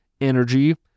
energy